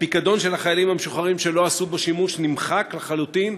הפיקדון של החיילים המשוחררים שלא עשו בו שימוש נמחק לחלוטין,